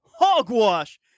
Hogwash